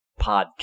podcast